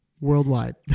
worldwide